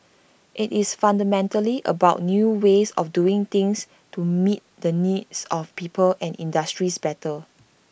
IT is fundamentally about new ways of doing things to meet the needs of people and industries better